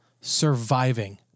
surviving